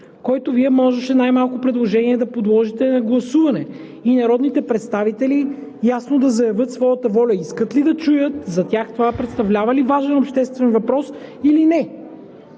което предложение Вие, най-малкото, можехте да подложите на гласуване и народните представители ясно да заявят своята воля – искат ли да чуят, за тях това представлява ли важен обществен въпрос или не?